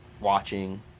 watching